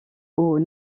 aux